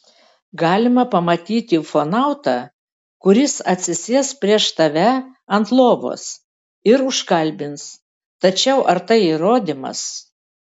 galima pamatyti ufonautą kuris atsisės prieš tave ant lovos ir užkalbins tačiau ar tai įrodymas